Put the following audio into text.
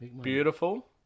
beautiful